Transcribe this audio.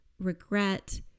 regret